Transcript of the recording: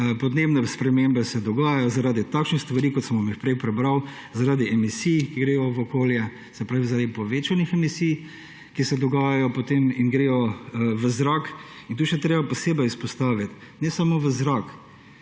podnebne spremembe se dogajajo zaradi takšnih stvari, kot sem vam jih prej prebral, zaradi emisij, ki gredo v okolje, se pravi zaradi povečanih emisij, ki se dogajajo potem in grejo v zrak. Tukaj je treba še posebej izpostaviti, da ne samo v zrak,